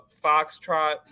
foxtrot